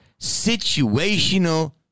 Situational